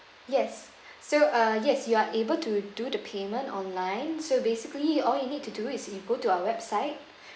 yes so uh yes you are able to do the payment online so basically all you need to do is you go to our website